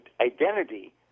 identity